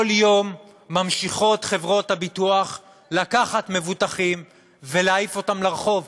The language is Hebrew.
כל יום ממשיכות חברות הביטוח לקחת מבוטחים ולהעיף אותם לרחוב,